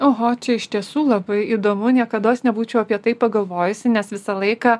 oho čia iš tiesų labai įdomu niekados nebūčiau apie tai pagalvojusi nes visą laiką